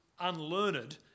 unlearned